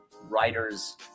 writers